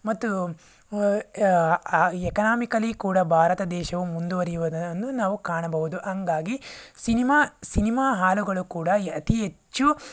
ಮತ್ತು ಎಕನಾಮಿಕಲಿ ಕೂಡ ಭಾರತ ದೇಶವು ಮುಂದುವರಿಯುವುದನ್ನು ನಾವು ಕಾಣಬಹುದು ಹಾಗಾಗಿ ಸಿನಿಮಾ ಸಿನಿಮಾ ಹಾಲುಗಳು ಕೂಡ ಅತಿ ಹೆಚ್ಚು